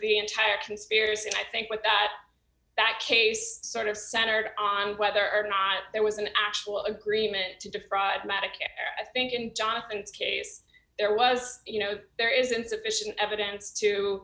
the entire conspiracy and i think with that that case sort of centered on whether or not there was an actual agreement to defraud medicare i think in jonathan's case there was you know there is insufficient evidence to